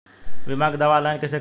बीमा के दावा ऑनलाइन कैसे करेम?